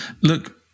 Look